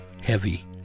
heavy